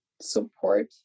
support